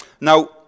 Now